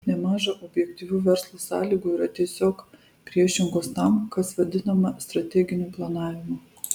nemaža objektyvių verslo sąlygų yra tiesiog priešingos tam kas vadinama strateginiu planavimu